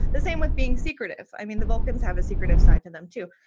the same with being secretive. i mean, the vulcans have a secretive side to them, too.